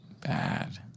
bad